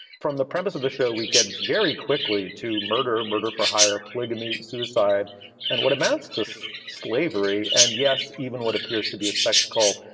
from the premise of the show, we get very quickly to murder, murder for hire, polygamy, suicide and what amounts to so slavery. and yes, even what appears to be a sex call,